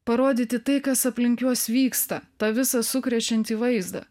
parodyti tai kas aplink juos vyksta tą visą sukrečiantį vaizdą